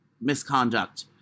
misconduct